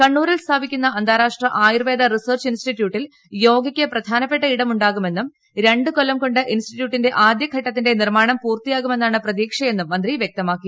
കണ്ണൂരിൽ സ്ഥാപിക്കുന്ന അന്താരാഷ്ട്ര ആയുർവേദ റിസർച്ച് ഇൻസ്റ്റിറ്റ്യൂട്ടിൽ യോഗയ്ക്ക് പ്രധാനപ്പെട്ട ഇടം ഉണ്ടാകുമെന്നും രണ്ടു കൊല്ലം കൊണ്ട് ഇൻസ്റ്റിറ്റ്യൂട്ടിന്റെ ആദ്യഘട്ടത്തിന്റെ നിർമ്മാണം പൂർത്തിയാവുമെന്നാണ് പ്രതീക്ഷയെന്നും മന്ത്രി പറഞ്ഞു